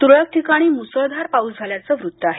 तुरळक ठिकाणी मुसळधार पाऊस झाल्याचं वृत्त आहे